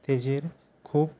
ताजेर खूप